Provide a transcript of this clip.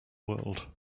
world